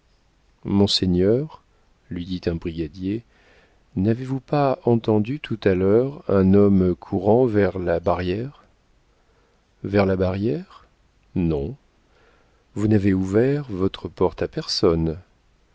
monseigneur lui dit un brigadier n'avez-vous pas entendu tout à l'heure un homme courant vers la barrière vers la barrière non vous n'avez ouvert votre porte à personne